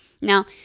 now